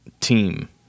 team